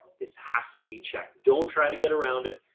this has to be checked. don't try to get around it.